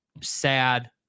sad